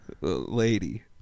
Lady